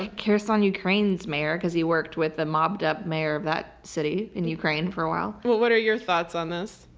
or kherson, ukraine's mayor, because he worked with the mobbed-up mayor of that city in ukraine for a while. well, what are your thoughts on this?